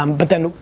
um but then,